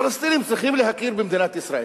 הפלסטינים צריכים להכיר במדינת ישראל,